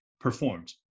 performed